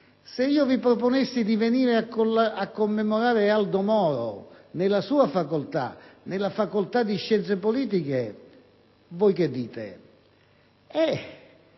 Se vi proponessi di venire a commemorare Aldo Moro nella sua facoltà, nella facoltà di scienze politiche, voi che direste?